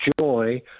joy